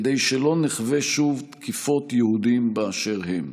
כדי שלא נחווה שוב תקיפות יהודים באשר הם.